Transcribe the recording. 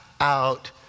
out